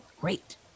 great